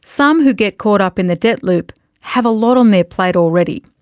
some who get caught up in the debt loop have a lot on their plate already,